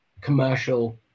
commercial